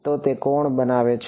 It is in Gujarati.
તો તે કોણ બનાવે છે